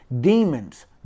demons